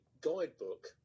guidebook